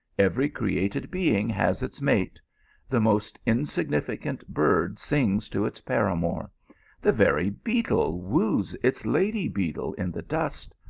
every created being has its mate the most insignificant bird singes to its paramour the very beetle woos its lady beetle in the dust,